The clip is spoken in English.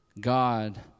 God